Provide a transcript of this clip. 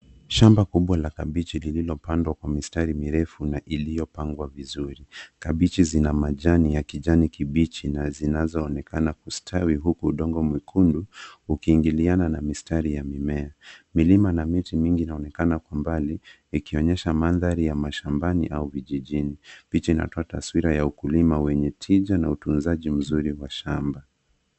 Shamba kubwa la kabeji lililopandwa kwa mistari refu na iliyopangwa vizuri. Kabeji zina majani ya kijani kibichi na zinazaonekana kustawi huku udongo mwekundu ukiingiliana na mistari ya mimea. Milima na miti mingi inaonekana kwa mbali ikionyesha mandhari ya mashambani au vijijini. Picha inatoa taswira ya ukilima wenye tije na utunzaji mzuri wa shamba.